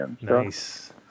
Nice